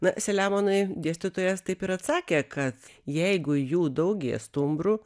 na selemonai dėstytojas taip ir atsakė kad jeigu jų daugės stumbrų